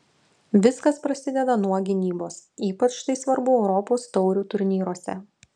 viskas prasideda nuo gynybos ypač tai svarbu europos taurių turnyruose